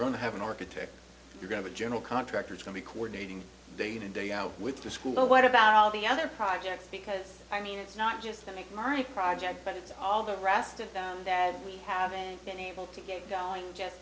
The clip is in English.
to have an architect you're going to general contractors can be coordinating day in and day out with the school but what about all the other projects because i mean it's not just to make my project but it's all the rest of them that we haven't been able to get going just